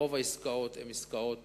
רוב העסקאות הן עסקאות